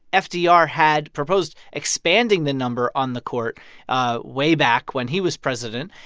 fdr had proposed expanding the number on the court way back when he was president.